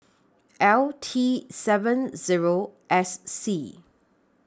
L T seven Zero S C